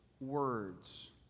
words